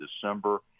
December